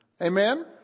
Amen